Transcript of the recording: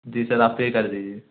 जी sir आप pay कर दीजिए